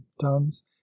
tons